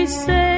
say